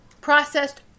processed